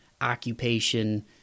occupation